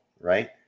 right